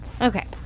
okay